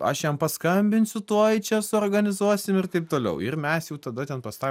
aš jam paskambinsiu tuoj čia suorganizuosim ir taip toliau ir mes jau tada ten pas tą